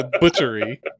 Butchery